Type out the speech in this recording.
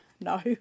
No